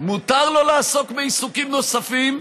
מותר לו לעסוק בעיסוקים נוספים,